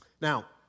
Now